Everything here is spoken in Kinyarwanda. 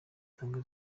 atanga